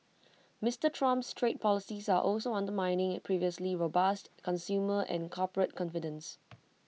Mr Trump's trade policies are also undermining previously robust consumer and corporate confidence